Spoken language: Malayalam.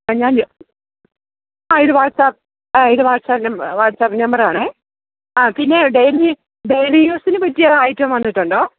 ആ ഞാന് ആ ഇത് വാട്സാപ്പ് വാട്സാപ്പ് നമ്പറാണ് ആ പിന്നെ ഡെയ്ലി ഡെയ്ലി യൂസിന് പറ്റിയ ഐറ്റം വന്നിട്ടുണ്ടോ